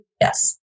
Yes